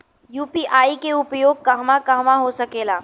UPI के उपयोग कहवा कहवा हो सकेला?